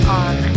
on